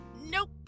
Nope